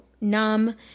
numb